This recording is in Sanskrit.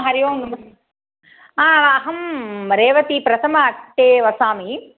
हरिः ओं नमः अहं रेवती प्रथम अट्टे वसामि